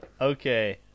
Okay